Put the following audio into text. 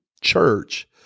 church